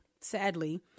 sadly